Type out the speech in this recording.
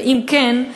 2. אם כן,